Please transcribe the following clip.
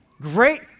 Great